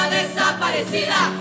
desaparecida